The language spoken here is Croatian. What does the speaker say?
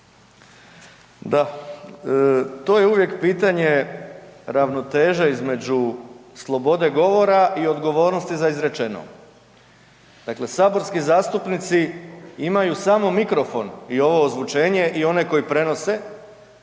Da, to je uvijek pitanje ravnoteže između slobode govora i odgovornosti za izrečeno. Dakle, saborski zastupnici imaju samo mikrofon i ovo ozvučenje i one koji prenose,